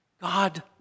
God